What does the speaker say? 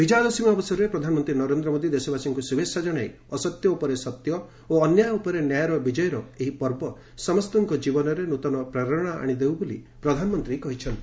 ବିଜୟା ଦଶମୀ ଅବସରରେ ପ୍ରଧାନମନ୍ତ୍ରୀ ନରେନ୍ଦ୍ର ମୋଦୀ ଦେଶବାସୀଙ୍କୁ ଶୁଭେଚ୍ଛା ଜଣାଇ ଅସତ୍ୟ ଉପରେ ସତ୍ୟ ଓ ଅନ୍ୟାୟ ଉପରେ ନ୍ୟାୟର ବିଜୟର ଏହି ପର୍ବ ସମସ୍ତଙ୍କ ଜୀବନରେ ନୃତନ ପ୍ରେରଣା ଆଣିଦେଉ ବୋଲି ପ୍ରଧାନମନ୍ତ୍ରୀ କହିଛନ୍ତି